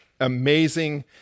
amazing